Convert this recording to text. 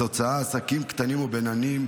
התוצאה: עסקים קטנים ובינוניים,